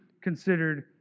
considered